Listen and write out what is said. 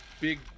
Big